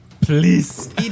Please